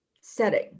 setting